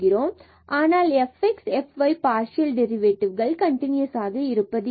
ஆனால் fx மற்றும் fy partial டெரிவேட்டிவ்கள் கன்டினியூசாக இருப்பது இல்லை